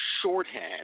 shorthand